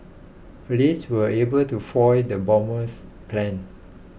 police were able to foil the bomber's plans